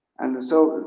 and so,